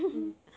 mm